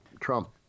Trump